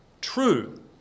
true